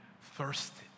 thirsted